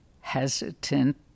hesitant